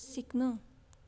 सिक्नु